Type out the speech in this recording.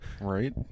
Right